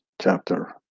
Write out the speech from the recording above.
chapter